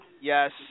yes